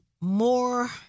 more